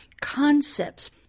concepts